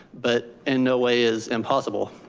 but in no way is impossible.